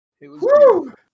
Woo